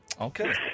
Okay